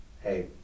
hey